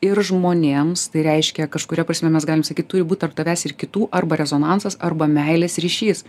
ir žmonėms tai reiškia kažkuria prasme mes galim sakyt turi būt tarp tavęs ir kitų arba rezonansas arba meilės ryšys